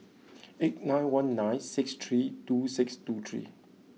eight nine one nine six three two six two three